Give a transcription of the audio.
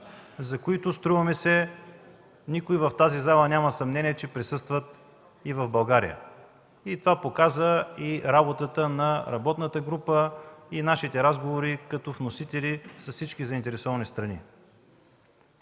практики”. Струва ми се никой в тази зала няма съмнение, че те присъстват и в България. Това показа и работата на работната група, и нашите разговори като вносители с всички заинтересовани страни.